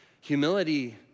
Humility